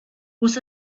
was